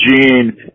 gene